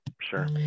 Sure